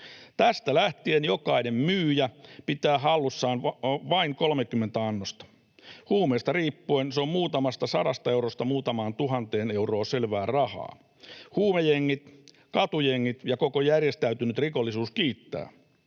Tästä lähtien jokainen myyjä pitää hallussaan vain 30 annosta. Huumeesta riippuen se on muutamasta sadasta eurosta muutamaan tuhanteen euroon selvää rahaa. Huumejengit, katujengit ja koko järjestäytynyt rikollisuus kiittävät.